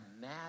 mad